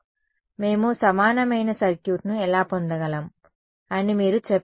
విద్యార్థి కాదు మనం యాంటెన్నా కోసం సమానమైన సర్క్యూట్ను పొందినట్లయితే అది చాలా సులభం ఇంపెడెన్స్ను ముగించడం